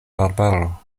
arbaro